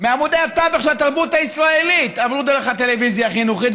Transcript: מעמודי התווך של התרבות הישראלית עברו דרך הטלוויזיה החינוכית,